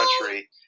country